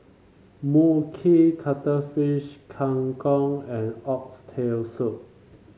Mui Kee Cuttlefish Kang Kong and Oxtail Soup